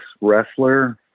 wrestler